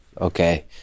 okay